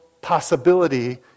possibility